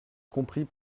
compris